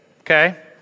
Okay